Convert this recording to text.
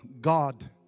God